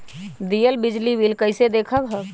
दियल बिजली बिल कइसे देखम हम?